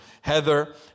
Heather